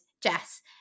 Jess